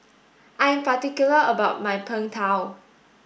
I am particular about my Png Tao